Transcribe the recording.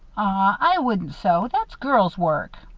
i wouldn't sew. that's girls' work.